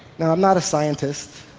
now i'm not a scientist.